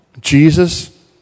Jesus